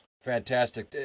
Fantastic